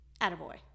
Attaboy